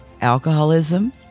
alcoholism